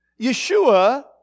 Yeshua